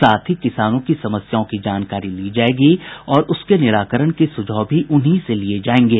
साथ ही किसानों की समस्याओं की जानकारी ली जायेगी और उसके निराकरण के सुझाव भी उन्हीं से लिये जायेंगे